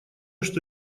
что